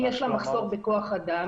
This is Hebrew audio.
אם יש לה מחסור בכוח אדם,